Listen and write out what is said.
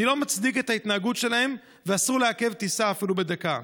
אני לא מצדיק את ההתנהגות שלהם ואסור לעכב טיסה אפילו בדקה.